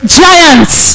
giants